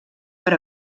per